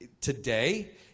today